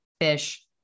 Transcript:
fish